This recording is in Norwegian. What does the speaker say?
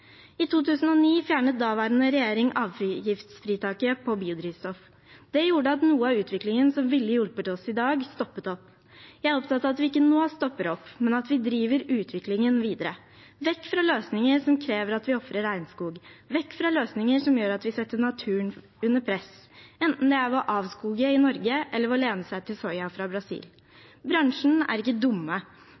I 2009 fjernet daværende regjering avgiftsfritaket for biodrivstoff. Det gjorde at noe av utviklingen som ville hjulpet oss i dag, stoppet opp. Jeg er opptatt av at vi ikke nå stopper opp, men at vi driver utviklingen videre – vekk fra løsninger som krever at vi ofrer regnskog, vekk fra løsninger som gjør at vi setter naturen under press, enten det er ved å avskoge i Norge eller ved å lene seg til soya fra Brasil. Bransjen er ikke